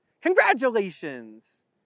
Congratulations